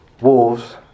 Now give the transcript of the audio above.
wolves